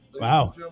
Wow